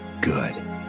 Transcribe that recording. Good